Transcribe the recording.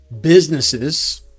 businesses